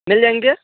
मिल जाएंगे